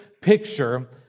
picture